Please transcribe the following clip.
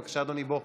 בבקשה, אדוני, בוא.